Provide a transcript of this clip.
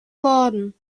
worden